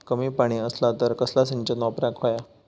कमी पाणी असला तर कसला सिंचन वापराक होया?